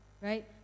right